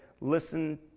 listen